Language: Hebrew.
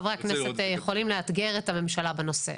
חברי הכנסת יכולים לאתגר את הממשלה בנושא,